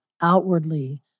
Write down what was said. outwardly